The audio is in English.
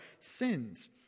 sins